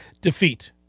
defeat